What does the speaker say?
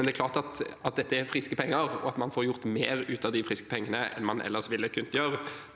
Likevel er det klart at dette er friske penger, og at man får gjort mer ut av de friske pengene enn man ellers ville kunne gjøre.